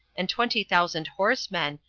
and twenty thousand horsemen,